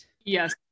yes